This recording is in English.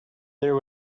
there